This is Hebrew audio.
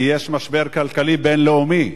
כי יש משבר כלכלי בין-לאומי,